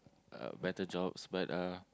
better jobs but uh